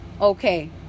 Okay